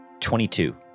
22